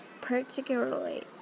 particularly